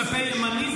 כלפי ימנים,